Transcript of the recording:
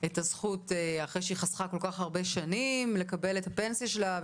את הזכות אחרי שהיא חסכה כל כך הרבה שנים לקבל את הפנסיה שלה,